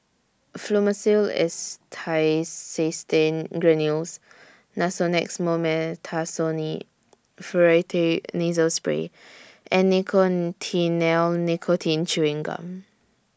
Fluimucil Acetylcysteine Granules Nasonex Mometasone Furoate Nasal Spray and Nicotinell Nicotine Chewing Gum